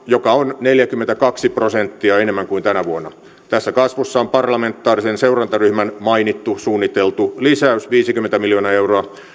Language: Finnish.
joka on neljäkymmentäkaksi prosenttia enemmän kuin tänä vuonna tässä kasvussa on parlamentaarisen seurantaryhmän mainittu suunniteltu lisäys viisikymmentä miljoonaa euroa